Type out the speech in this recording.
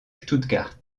stuttgart